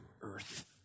earth